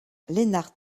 lennart